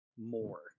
more